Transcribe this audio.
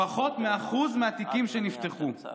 פחות מ-1% מהתיקים שנפתחו.